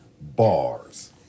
Bars